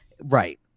right